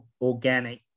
organic